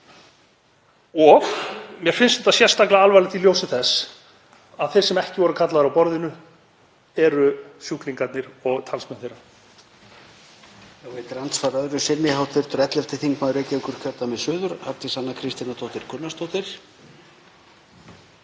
Mér finnst þetta sérstaklega alvarlegt í ljósi þess að þeir sem ekki voru kallaðir að borðinu eru sjúklingarnir og talsmenn þeirra.